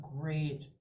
great